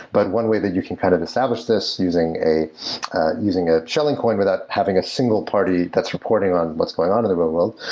but one way that you can kind of establish this using a using a shilling coin without having a single party that's supporting on what's going on in the real world,